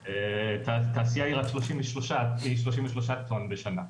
התעשייה היא רק 33 טון בשנה.